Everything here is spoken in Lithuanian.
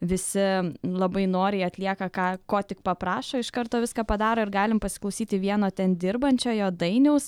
visi labai noriai atlieka ką ko tik paprašo iš karto viską padaro ir galim pasiklausyti vieno ten dirbančiojo dainiaus